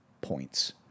points